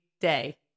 day